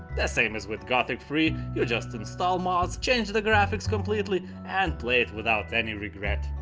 the same is with gothic three, you just install mods, change the graphics completely and play it without any regret.